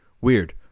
weird